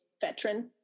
veteran